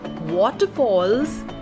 waterfalls